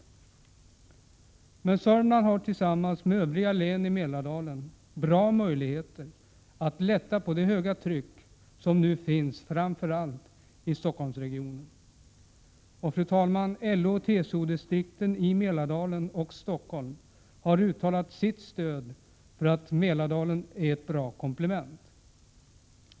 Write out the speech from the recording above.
Södermanlands län har emellertid tillsammans med övriga län i Mälardalen goda möjligheter att lätta på det höga tryck som nu finns i framför allt Stockholmsregionen. Fru talman! LO och TCO-distrikten i Mälardalen och Stockholm har uttalat sitt stöd för att Mälardalen är ett bra komplement.